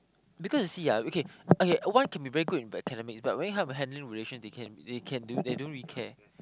because you see ah okay okay one can be very good in academics but very hard when handling relation they can they can they don't really care